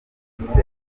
yise